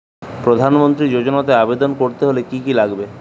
প্রধান মন্ত্রী যোজনাতে আবেদন করতে হলে কি কী লাগবে?